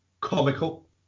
comical